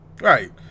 Right